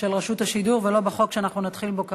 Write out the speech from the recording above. רשות השידור ולא בחוק שאנחנו נתחיל בו כרגע,